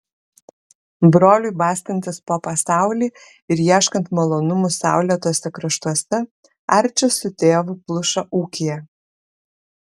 broliui bastantis po pasaulį ir ieškant malonumų saulėtuose kraštuose arčis su tėvu plušo ūkyje